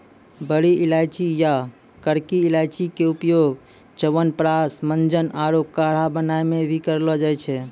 बड़ी इलायची या करकी इलायची के उपयोग च्यवनप्राश, मंजन आरो काढ़ा बनाय मॅ भी करलो जाय छै